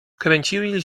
kręcili